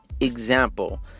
example